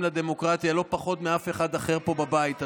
לדמוקרטיה לא פחות מאף אחד אחר פה בבית הזה.